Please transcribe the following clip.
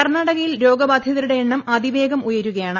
കർണാടകയിൽ രോഗബാധിതരുടെ എണ്ണം അതിവേഗം ഉയരുകയാണ്